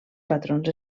patrons